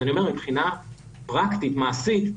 אז אני אומר, מבחינה פרקטית מעשית,